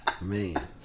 man